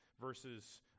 verses